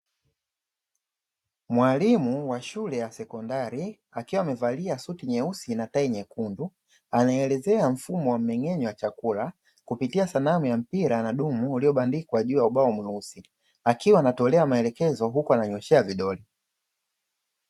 Mwalimu wa shule ya sekondari akiwa amevalia suti nyeusi na tai nyekundu anaelezea mfumo wa mmeng'enywa chakula kupitia sanamu ya mpira na dumu uliobandikwa juu ya ubao mweusi akiwa anatolea maelekezo huko ananyoshea vidole.